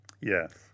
Yes